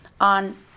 on